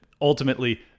ultimately